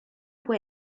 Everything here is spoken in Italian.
può